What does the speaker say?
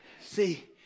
See